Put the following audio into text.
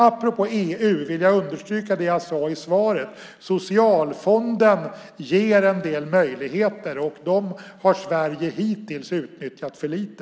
Apropå EU vill jag understryka det som jag sade i mitt första svar, nämligen att Socialfonden ger en del möjligheter och dem har Sverige hittills utnyttjat för lite.